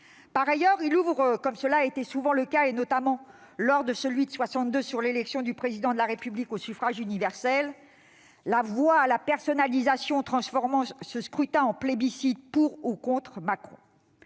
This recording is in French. Par ailleurs, comme cela a été souvent le cas, notamment lors du référendum de 1962 relatif à l'élection du Président de la République au suffrage universel, il ouvre la voie à la personnalisation, transformant ce scrutin en plébiscite pour ou contre Macron.